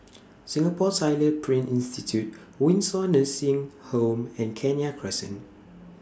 Singapore Tyler Print Institute Windsor Nursing Home and Kenya Crescent